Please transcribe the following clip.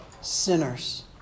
sinners